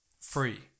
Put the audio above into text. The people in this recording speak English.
free